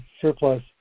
surplus